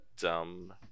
dumb